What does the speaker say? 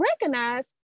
recognize